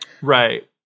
Right